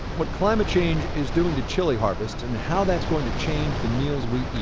what climate change is doing to chili harvest and how that's going to change the meals we eat.